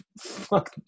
fuck